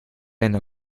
eine